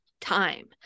time